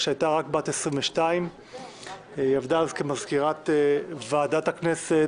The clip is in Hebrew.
כשהייתה רק בת 22. היא עבדה אז כמזכירת ועדת הכנסת